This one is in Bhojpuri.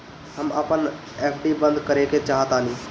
हम अपन एफ.डी बंद करेके चाहातानी